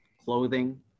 clothing